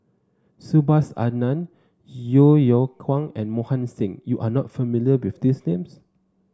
Subhas Anandan Yeo Yeow Kwang and Mohan Singh you are not familiar with these names